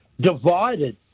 divided